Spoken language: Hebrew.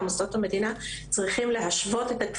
או מוסדות המדינה,